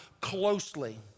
closely